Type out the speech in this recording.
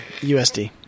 USD